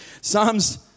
Psalms